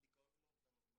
לדיכאון ולאובדנות.